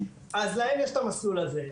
אז להן יש את המסלול הזה.